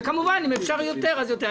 וכמובן, אם אפשר יותר אז יותר.